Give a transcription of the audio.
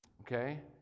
okay